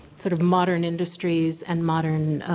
sort of modern industries and modern